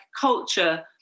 culture